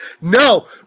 No